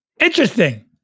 interesting